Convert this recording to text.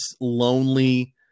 lonely